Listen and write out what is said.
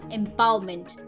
empowerment